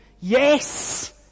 Yes